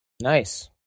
Nice